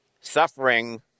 suffering